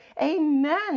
Amen